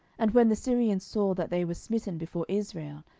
and when the syrians saw that they were smitten before israel,